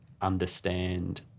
understand